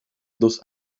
dos